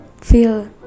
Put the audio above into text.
feel